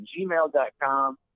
gmail.com